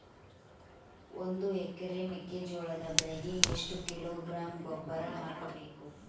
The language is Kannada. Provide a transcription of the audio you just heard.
ಒಂದು ಎಕರೆ ಮೆಕ್ಕೆಜೋಳದ ಬೆಳೆಗೆ ಎಷ್ಟು ಕಿಲೋಗ್ರಾಂ ಗೊಬ್ಬರ ಹಾಕಬೇಕು?